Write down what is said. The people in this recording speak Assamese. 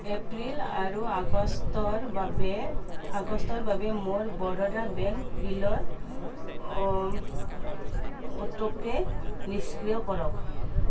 এপ্ৰিল আৰু আগষ্টৰ বাবে আগষ্টৰ বাবে মোৰ বৰোদা বেংক বিলৰ অটো পে' নিষ্ক্ৰীয় কৰক